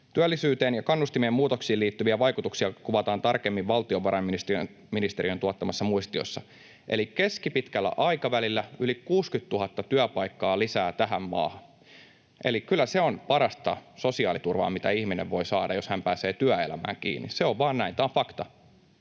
Työllisyyteen ja kannustimien muutoksiin liittyviä vaikutuksia kuvataan tarkemmin valtiovarainministeriön tuottamassa muistiossa. Eli keskipitkällä aikavälillä yli 60 000 työpaikkaa lisää tähän maahan. Eli kyllä on parasta sosiaaliturvaa, mitä ihminen voi saada, jos hän pääsee työelämään kiinni. Se on vaan näin, tämä on fakta.